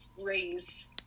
raise